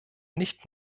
nicht